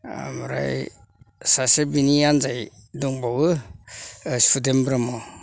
ओमफ्राय सासे बिनि आनजाय दंबावो सुदेम ब्रह्म